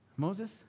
Moses